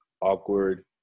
awkward